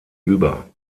über